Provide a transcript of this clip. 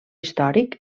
històric